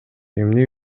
эмне